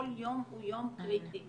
כל יום הוא יום קריטי,